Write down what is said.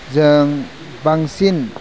जों बांसिन